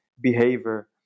behavior